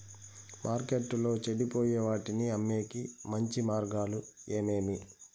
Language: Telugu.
మార్కెట్టులో చెడిపోయే వాటిని అమ్మేకి మంచి మార్గాలు ఏమేమి